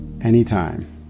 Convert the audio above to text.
anytime